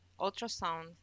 ultrasound